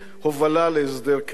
הובלה להסדר קבע.